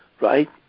Right